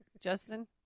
Justin